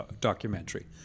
documentary